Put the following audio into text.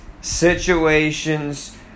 situations